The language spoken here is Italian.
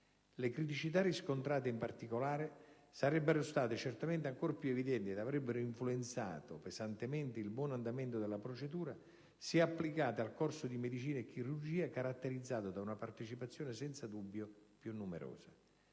Le criticità riscontrate, in particolare, sarebbero state certamente ancor più evidenti ed avrebbero influenzato pesantemente il buon andamento della procedura se applicate al corso di medicina e chirurgia, caratterizzato da una partecipazione senza dubbio più numerosa.